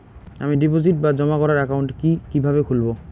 আমি ডিপোজিট বা জমা করার একাউন্ট কি কিভাবে খুলবো?